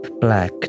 black